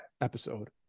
episode